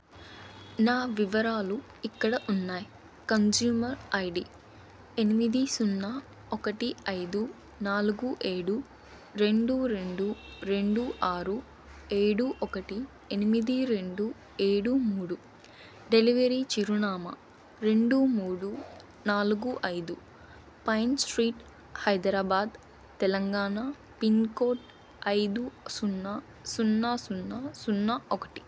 నా వివరాలు ఇక్కడ ఉన్నాయ్ కన్స్యూమర్ ఐడీ ఎనిమిది సున్నా ఒకటి ఐదు నాలుగు ఏడు రెండు రెండు రెండు ఆరు ఏడు ఒకటి ఎనిమిది రెండు ఏడు మూడు డెలివరీ చిరునామా రెండు మూడు నాలుగు ఐదు పైన్స్ట్రీట్ హైదరాబాదు తెలంగాణ పిన్కోడ్ ఐదు సున్నా సున్నా సున్నా సున్నా ఒకటి